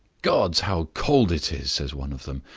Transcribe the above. gods! how cold it is! says one of them,